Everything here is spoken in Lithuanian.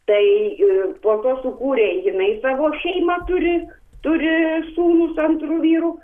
tai ir po to sukūrė jinai savo šeimą turi turi sūnų su antru vyru